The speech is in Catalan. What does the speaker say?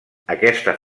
aquesta